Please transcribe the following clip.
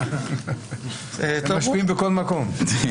אתם משפיעים בכל מקום.